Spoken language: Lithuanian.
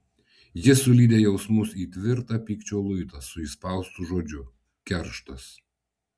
ji sulydė jausmus į tvirtą pykčio luitą su įspaustu žodžiu kerštas